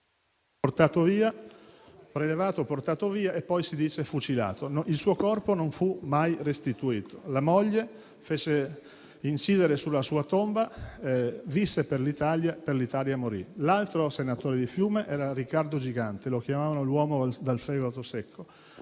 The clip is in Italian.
Fiume, fu prelevato, portato via e poi, si dice, fucilato. Il suo corpo non fu mai restituito. La moglie fece incidere sulla sua tomba vuota la scritta: «Visse per l'Italia, per l'Italia morì». L'altro senatore di Fiume era Riccardo Gigante: lo chiamavano l'uomo dal fegato secco.